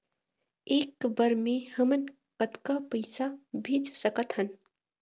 एक बर मे हमन कतका पैसा भेज सकत हन?